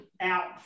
out